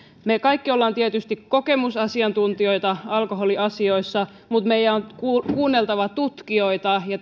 me kaikki olemme tietysti kokemusasiantuntijoita alkoholiasioissa mutta meidän on kuunneltava tutkijoita ja